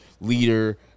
leader